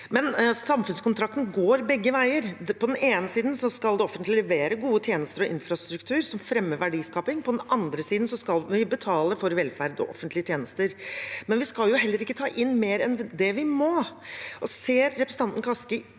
samfunnskontrakten går begge veier. På den ene siden skal det offentlige levere gode tjenester og infrastruktur som fremmer verdiskaping, og på den andre siden skal vi betale for velferd og offentlige tjenester, men vi skal heller ikke ta inn mer enn det vi må. Ser representanten Kaski